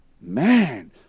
Man